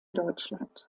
deutschland